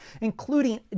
including